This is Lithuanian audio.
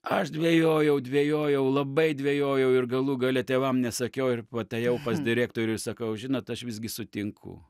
aš dvejojau dvejojau labai dvejojau ir galu gale tėvam nesakiau ir atėjau pas direktorių sakau žinot aš visgi sutinku